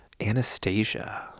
Anastasia